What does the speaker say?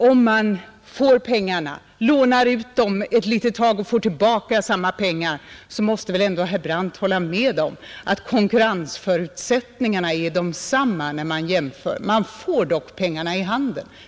Om man får pengarna, 3 miljoner, lånar ut dem ett tag och sedan får tillbaka dem är det likafullt 3 miljoner. Herr Brandt måste väl ändå hålla med om att konkurrensförutsättningarna är desamma som om man genast fått 3 miljoner.